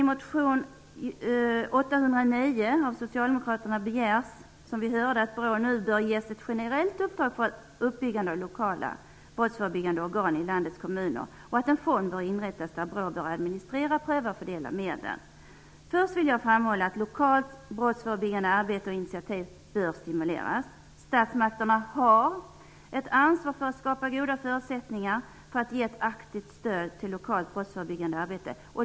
I motion 809 av Socialdemokraterna begärs som vi hörde här tidigare att BRÅ ges ett generellt uppdrag för uppbyggande av lokala brottsförebyggande organ i landets kommuner och att en fond inrättas, i vilken BRÅ administerar, prövar och fördelar medlen. Först vill jag framhålla att lokalt brottsförebyggande arbete och initiativ bör stimuleras. Statsmakterna har ett ansvar för att skapa goda förutsättningar för och ge ett aktivt stöd till lokalt brottsförebyggande arbete.